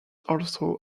also